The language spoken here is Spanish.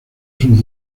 sus